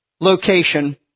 location